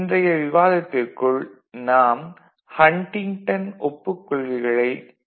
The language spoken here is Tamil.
இன்றைய விவாதத்திற்குள் நாம் ஹன்டிங்டன் ஒப்புக் கொள்கைகளை உள்ளடக்க இருக்கிறோம்